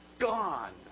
gone